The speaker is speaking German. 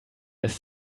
ist